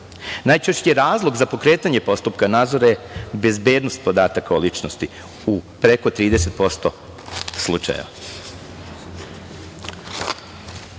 godine. Najčešći razlog za pokretanje postupka nadzora je bezbednost podataka o ličnosti u preko 30%